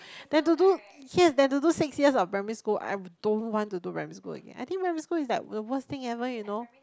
then to do yes then to do six years of primary school I don't want to do primary school again I think primary school is like the worst thing ever you know